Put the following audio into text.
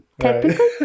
Technically